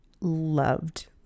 loved